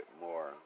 more